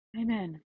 Amen